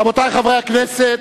רבותי חברי הכנסת,